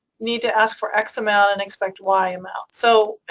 need to ask for x amount and expect y amount. so,